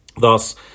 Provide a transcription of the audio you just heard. Thus